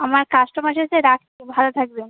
আমার কাস্টোমার এসেছে রাখছি ভালো থাকবেন